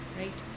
right